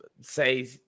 say